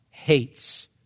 hates